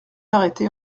arrêté